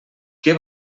què